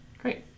Great